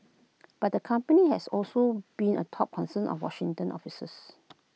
but the company has also been A top concern of Washington officials